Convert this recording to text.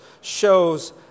shows